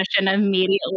immediately